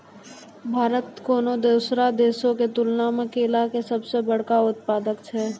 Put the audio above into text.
भारत कोनो दोसरो देशो के तुलना मे केला के सभ से बड़का उत्पादक छै